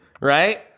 right